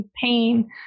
pain